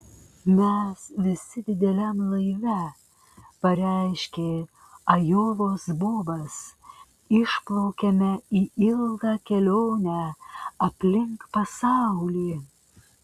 mes visi dideliam laive pareiškė ajovos bobas išplaukiame į ilgą kelionę aplink pasaulį